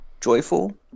joyful